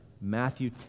Matthew